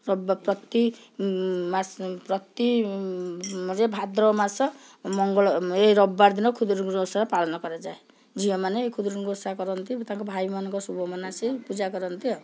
ପ୍ରତିମାସ ପ୍ରତି ଯେଉଁ ଭାଦ୍ରବ ମାସ ମଙ୍ଗଳ ଏ ରବିବାର ଦିନ ଖୁଦୁରୁକୁଣୀ ଓଷା ପାଳନ କରାଯାଏ ଝିଅମାନେ ଏଇ ଖୁଦୁରୁକୁଣୀ ଓଷା କରନ୍ତି ତାଙ୍କ ଭାଇମାନଙ୍କ ଶୁଭ ମନାସି ପୂଜା କରନ୍ତି ଆଉ